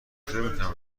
میتونم